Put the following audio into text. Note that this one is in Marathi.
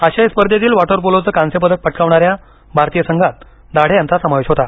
आशियायी स्पर्धेतील वॅटरपोलोचं कांस्यपदक पटकावणार्यांा भारतीय संघात दाढे यांचा समावेश होता